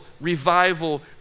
revival